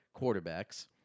quarterbacks